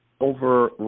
Over